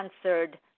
answered